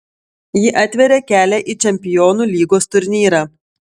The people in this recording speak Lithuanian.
ji atveria kelią į čempionų lygos turnyrą